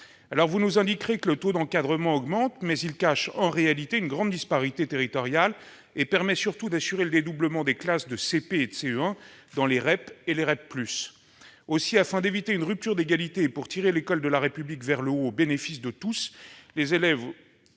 pas de nous indiquer que le taux d'encadrement augmente, mais il cache, en réalité, une grande disparité territoriale et permet, surtout, d'assurer le dédoublement des classes de CP et de CE1 dans les REP et les REP+. Aussi, afin d'éviter une rupture d'égalité et pour tirer l'école de la République vers le haut au bénéfice de tous les élèves,